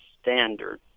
standard